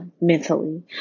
mentally